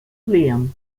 liam